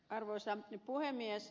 arvoisa puhemies